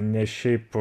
ne šiaip